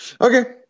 Okay